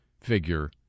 figure